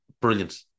brilliant